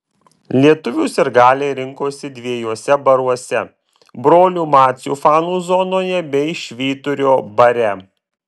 lietuvių sirgaliai rinkosi dviejuose baruose brolių macių fanų zonoje bei švyturio bare